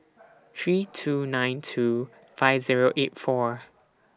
three two nine two five Zero eight four